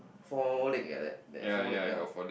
four leg like that that have four leg ya